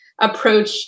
approach